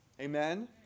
Amen